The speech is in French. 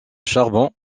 charbon